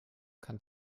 kann